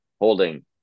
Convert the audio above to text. holding